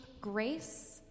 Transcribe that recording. grace